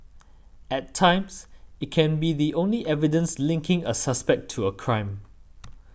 at times it can be the only evidence linking a suspect to a crime